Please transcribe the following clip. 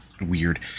weird